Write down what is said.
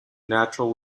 natural